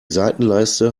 seitenleiste